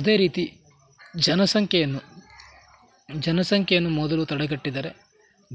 ಅದೇ ರೀತಿ ಜನಸಂಖ್ಯೆಯನ್ನು ಜನಸಂಖ್ಯೆಯನ್ನು ಮೊದಲು ತಡೆಗಟ್ಟಿದರೆ